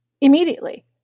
immediately